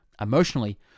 emotionally